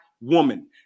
woman